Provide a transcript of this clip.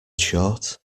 short